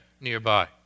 nearby